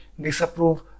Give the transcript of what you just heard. disapprove